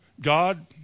God